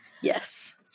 Yes